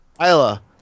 Isla